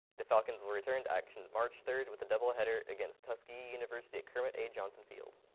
the falcons will return to action march third with a doubleheader against tuskegee university at kermit a. johnson field.